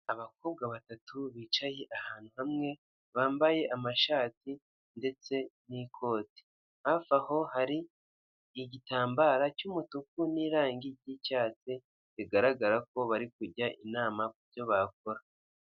Abakobwa batatu bicaye ahantu hamwe bambaye amashati ndetse n'ikoti, hafi aho hari igitambara cy'umutuku n'irangi ry'icyatsi bigaragara ko bari kujya inama ku byo bakora.